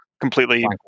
completely